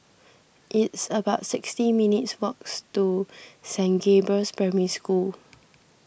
it's about sixty minutes' walks to Saint Gabriel's Primary School